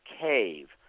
cave